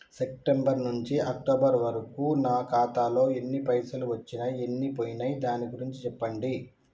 September నుంచి October వరకు నా ఖాతాలో ఎన్ని పైసలు వచ్చినయ్ ఎన్ని పోయినయ్ దాని గురించి చెప్పండి?